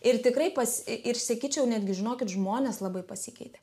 ir tikrai pas ir sakyčiau netgi žinokit žmonės labai pasikeitė